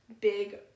Big